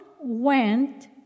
went